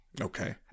Okay